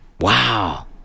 wow